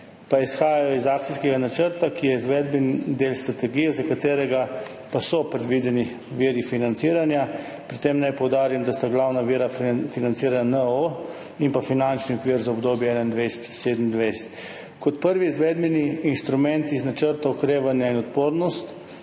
pa izhajajo iz akcijskega načrta, ki je izvedbeni del strategije, za katerega pa so predvideni viri financiranja. Pri tem naj poudarim, da sta glavna vira financiranja NOO in finančni okvir za obdobje 2021–2027. Kot prvi izvedbeni inštrument iz Načrta za okrevanje in odpornost